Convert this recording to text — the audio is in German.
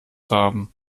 haben